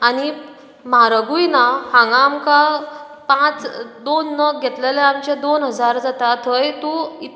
आनी म्हारगूय ना हांगा आमकां पांच दोन नग घेतले जाल्यार आमचे दोन हजार जाता थंय तूं